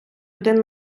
один